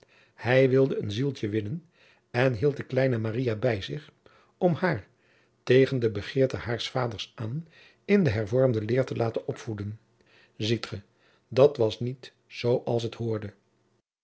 hij wilde een zieltje winnen en hield de kleine maria bij zich om haar tegen de begeerte haars vaders aan in de hervormde leer te laten opvoeden ziet ge dat was niet zoo als t hoorde